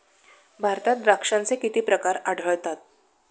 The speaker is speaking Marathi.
भारतात द्राक्षांचे किती प्रकार आढळतात?